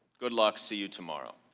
good luck, see you tomorrow.